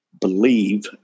believe